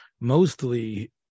mostly